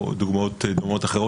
או דוגמאות דומות אחרות,